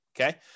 Okay